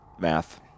Math